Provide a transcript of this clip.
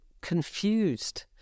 confused